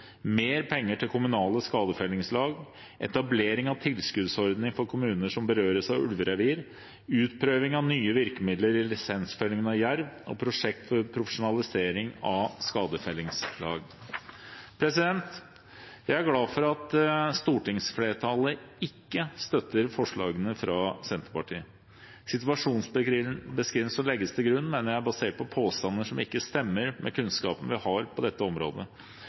mer penger til kommunale skadefellingslag, etablering av tilskuddsordning for kommuner som berøres av ulverevir, utprøving av nye virkemidler i lisensfellingen av jerv og prosjekt for profesjonalisering av skadefellingslag. Jeg er glad for at stortingsflertallet ikke støtter forslagene fra Senterpartiet. Situasjonsbeskrivelsen som legges til grunn, mener jeg er basert på påstander som ikke stemmer med kunnskapen vi har på dette området.